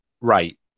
right